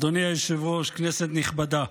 אדוני היושב-ראש, כנסת נכבדה,